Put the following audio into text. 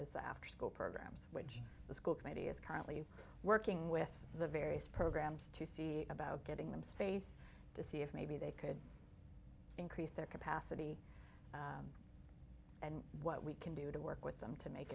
that after school programs which the school committee is currently working with the various programs to see about getting them space to see if maybe they could increase their capacity and what we can do to work with them to make